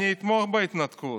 אני אתמוך בהתנתקות.